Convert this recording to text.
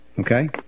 Okay